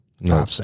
No